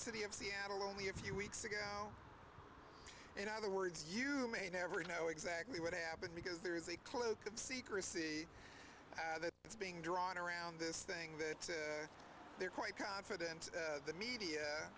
city of seattle only a few weeks ago in other words you may never know exactly what happened because there is a cloak of secrecy that is being drawn around this thing that they are quite confident the media